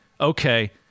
okay